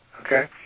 okay